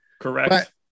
Correct